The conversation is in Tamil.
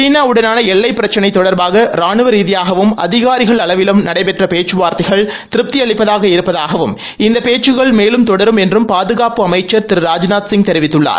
சீனா வுடனான எல்லைப் பிரச்சினை தொடர்பாக ரானுவ ரீதியாகவும் அதிகாரிகள் அளவிலும் நடைபெற்ற பேச்சுவார்த்தைகள் திருப்பதி அளிப்பதாக இருப்பதாகவும் இந்த பேச்சுக்கள் மேலும் தொடரும் என்றும் பாதுகாப்புத்துறை அமைச்சர் திரு ராஜ்நாத்சிங் தெரிவித்துள்ளார்